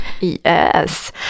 Yes